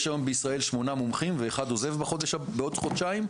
יש היום בישראל 8 מומחים ואחד עוזב בעוד חודשיים,